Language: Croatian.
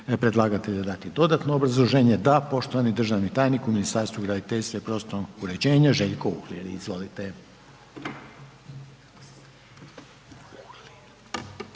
predlagatelja dati dodatno obrazloženje? Da. Poštovani državni tajnik u Ministarstvu graditeljstva i prostornog uređenja Željko Uhlir. Izvolite.